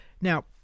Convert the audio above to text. Now